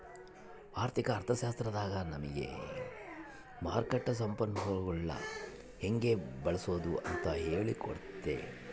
ಆರ್ಥಿಕ ಅರ್ಥಶಾಸ್ತ್ರದಾಗ ನಮಿಗೆ ಮಾರುಕಟ್ಟ ಸಂಪನ್ಮೂಲಗುಳ್ನ ಹೆಂಗೆ ಬಳ್ಸಾದು ಅಂತ ಹೇಳಿ ಕೊಟ್ತತೆ